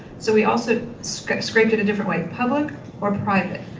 so we also scraped scraped it a different way, public or private.